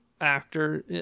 actor